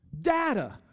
data